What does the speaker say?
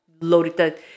loaded